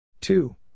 two